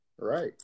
Right